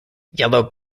yellow